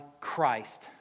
Christ